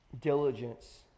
diligence